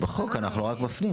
זה בחוק, אנחנו רק מפנים.